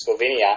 Slovenia